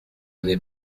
n’est